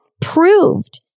proved